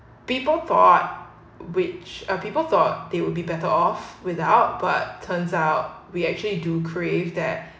people thought which people thought they would be better off without but turns out we actually do crave that